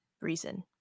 reason